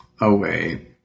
away